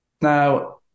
now